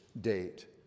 date